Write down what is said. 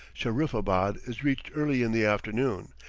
shahriffabad is reached early in the afternoon,